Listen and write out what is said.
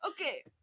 Okay